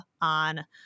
on